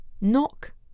Knock